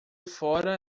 fora